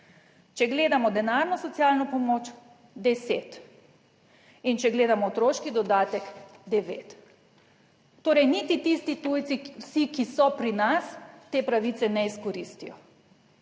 Če gledamo denarno socialno pomoč, 10. In če gledamo otroški dodatek, 9. Torej niti tisti tujci, vsi ki so pri nas, te pravice ne izkoristijo.